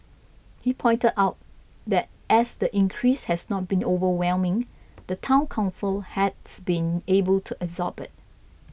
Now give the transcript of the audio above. he pointed out that as the increase has not been overwhelming the Town Council has been able to absorb it